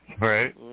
Right